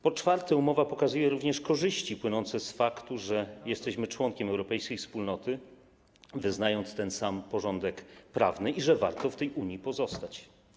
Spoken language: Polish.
Po czwarte, umowa pokazuje również korzyści płynące z faktu, że jesteśmy członkiem europejskiej wspólnoty, że wyznajemy ten sam porządek prawny i że warto w Unii pozostać.